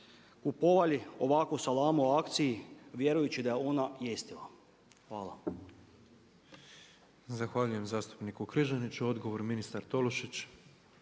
kupovali ovakvu salamu na akciji vjerujući da je ona jestiva. Hvala.